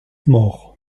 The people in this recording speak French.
morts